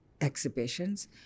exhibitions